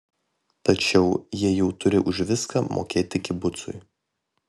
tačiau jie jau turi už viską mokėti kibucui